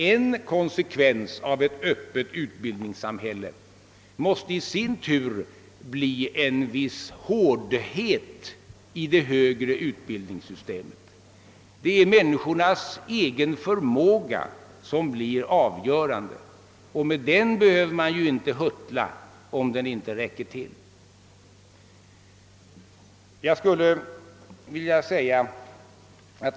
En konsekvens av ett öppet utbildningssamhälle måste i sin tur bli en viss hårdhet i det högre utbildningssystemet; det är människornas egen förmåga som blir avgörande, och med den behöver man ju inte huttla om den inte räcker till.